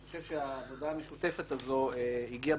אני חושב שהעבודה המשותפת הזו הגיעה